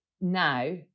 now